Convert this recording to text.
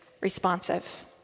responsive